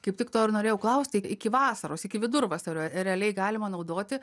kaip tik to ir norėjau klausti ik iki vasaros iki vidurvasario realiai galima naudoti